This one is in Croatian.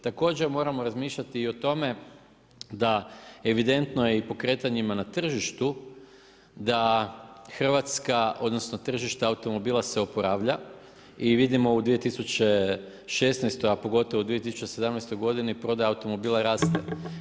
Također moramo razmišljati i o tome da evidentno je i po kretanjima na tržištu da Hrvatska odnosno tržište automobila se oporavlja i vidimo u 2016. a pogotovo u 2017. godini prodaja automobila raste.